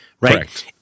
right